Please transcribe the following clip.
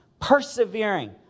persevering